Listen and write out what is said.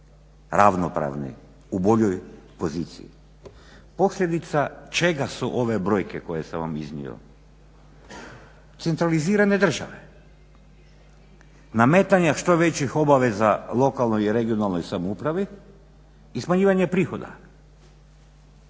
ravnopravni u boljoj poziciji. Posljedica čega su ove brojke koje sam vam iznio? Centralizirane države, nametanja što većih obaveza lokalnoj i regionalnoj samoupravi i smanjivanje prihoda.